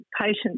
patients